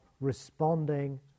responding